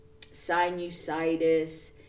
sinusitis